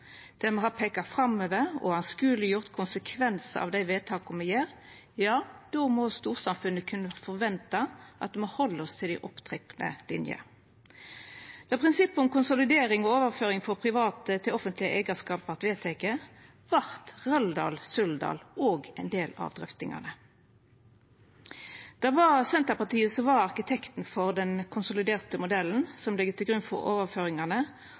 der me har peika framover og illustrert konsekvensane av dei vedtaka me gjer, då må storsamfunnet kunna forventa at me held oss til dei linjene som er trekte opp. Då prinsippet om konsolidering og overføring frå privat til offentleg eigarskap vart vedteke, var Røldal-Suldal òg ein del av drøftingane. Det var Senterpartiet som var arkitekten for den konsoliderte modellen som ligg til grunn for overføringane,